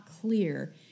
clear